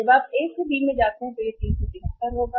जब आप ए से बी में जाते हैं तो यह 373 होगा